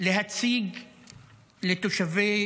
להציק לתושבי